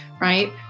right